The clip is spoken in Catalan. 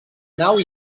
nau